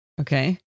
Okay